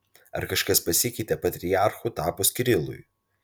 ar kažkas pasikeitė patriarchu tapus kirilui